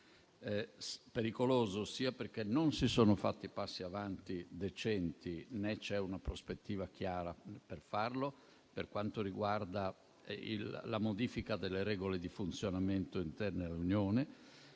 pericoloso sia perché non si sono fatti passi avanti decenti, né c'è una prospettiva chiara per farli, per quanto riguarda la modifica delle regole di funzionamento interne all'Unione,